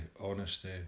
honesty